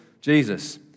Jesus